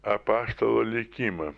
apaštalo likimą